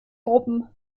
gruppen